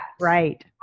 Right